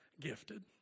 Gifted